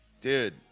dude